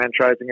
franchising